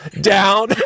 down